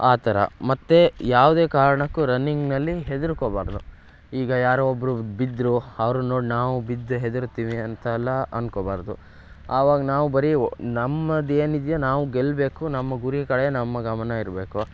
ಆ ಥರ ಮತ್ತೆ ಯಾವುದೇ ಕಾರ್ಣಕ್ಕೂ ರನ್ನಿಂಗ್ನಲ್ಲಿ ಹೆದ್ರಿಕೋಬಾರ್ದು ಈಗ ಯಾರೋ ಒಬ್ಬರು ಬಿದ್ರೂ ಅವ್ರನ್ನ ನೋಡಿ ನಾವು ಬಿದ್ದು ಹೆದ್ರುತ್ತೀವಿ ಅಂತೆಲ್ಲ ಅಂದ್ಕೋಬಾರ್ದು ಆವಾಗ ನಾವು ಬರೀ ನಮ್ಮದು ಏನಿದ್ಯೋ ನಾವು ಗೆಲ್ಲಬೇಕು ನಮ್ಮ ಗುರಿ ಕಡೆ ನಮ್ಮ ಗಮನ ಇರಬೇಕು